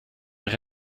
mehr